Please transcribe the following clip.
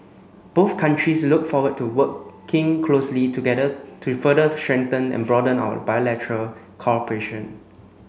both countries look forward to working closely together to further strengthen and broaden our bilateral cooperation